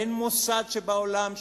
אין מוסד בעולם,